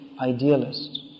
idealist